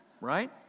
Right